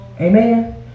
Amen